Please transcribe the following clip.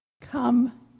come